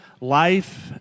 life